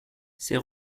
ses